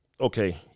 okay